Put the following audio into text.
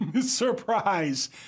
surprise